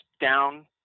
down